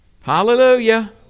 Hallelujah